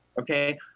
okay